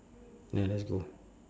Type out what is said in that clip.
ya let's go